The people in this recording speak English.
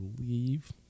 leave